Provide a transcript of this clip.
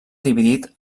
dividit